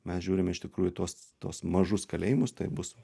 mes žiūrime iš tikrųjų tuos tuos mažus kalėjimus tai bus